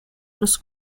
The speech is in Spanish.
los